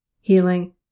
healing